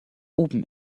oben